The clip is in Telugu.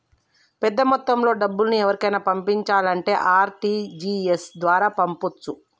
పెద్దమొత్తంలో డబ్బుల్ని ఎవరికైనా పంపించాలంటే ఆర్.టి.జి.ఎస్ ద్వారా పంపొచ్చు